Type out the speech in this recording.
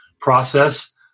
process